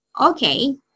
okay